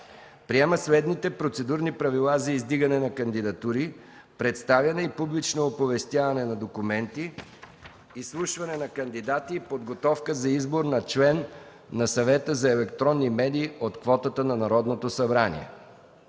Приема следните Процедурни правила за издигане на кандидатури, представяне и публично оповестяване на документи, изслушване на кандидати и подготовка за избор на член на Съвета за електронни медии от квотата на Народното събрание: